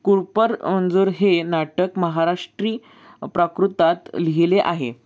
कर्पूरमंजरी हे नाटक महाराष्ट्री प्राकृतात लिहिले आहे